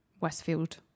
Westfield